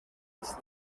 has